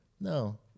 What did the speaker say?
No